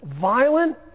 violent